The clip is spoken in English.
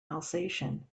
alsatian